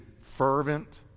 fervent